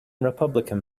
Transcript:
republican